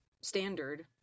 standard